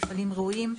מפעלים ראויים,